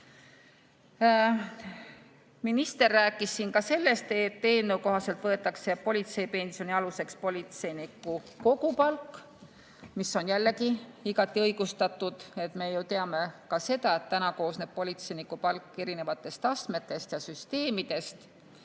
Minister rääkis siin ka sellest, et eelnõu kohaselt võetakse politseipensioni aluseks politseiniku kogupalk, mis on jällegi igati õigustatud. Me ju teame ka seda, et politseiniku palk koosneb praegu erinevatest astmetest ja süsteemidest,